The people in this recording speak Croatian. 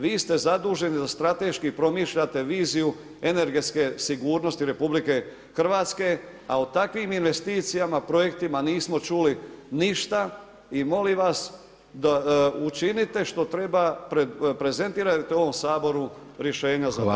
Vi ste zaduženi za strateški promišljate viziju energetske sigurnosti RH, a o takvim investicijama, projektima nismo čuli ništa i molim vas učinite što treba, prezentirajte ovom Saboru rješenja za ovako nešto.